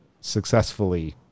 successfully